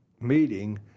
meeting